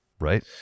Right